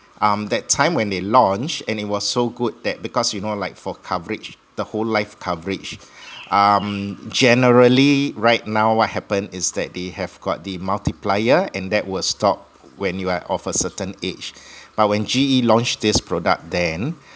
um that time when they launched and it was so good that because you know like for coverage the whole life coverage um generally right now what happened is that they have got the multiplier and that will stop when you are of a certain age but when G_E launched this product then